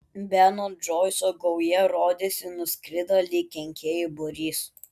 beno džoiso gauja rodėsi nuskrido lyg kenkėjų būrys